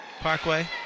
Parkway